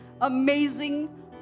amazing